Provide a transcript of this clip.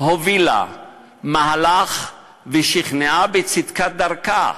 הובילה מהלך, ושכנעה בצדקת דרכה,